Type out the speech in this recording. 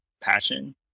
passion